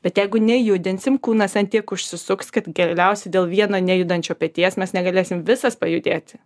bet jeigu nejudinsim kūnas ant tiek užsisuks kad geliausiai dėl vieno nejudančio peties mes negalėsim visas pajudėti